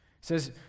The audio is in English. says